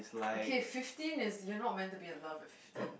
okay fifteen is you're not meant to be in love at fifteen